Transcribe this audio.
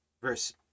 Verse